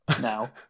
now